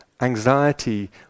anxiety